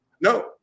No